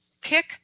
pick